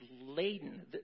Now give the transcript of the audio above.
laden